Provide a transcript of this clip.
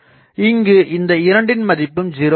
இங்கு இந்த இரண்டின் மதிப்பும் 0 ஆகும்